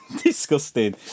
disgusting